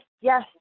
yes